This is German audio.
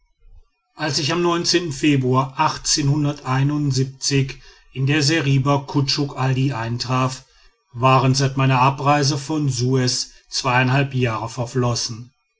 als ich am februar in der seriba kutschuk ali eintraf waren seit meiner abreise von suez zweieinhalb jahre verflossen